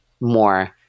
more